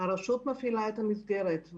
הרשות מפעילה את המסגרת.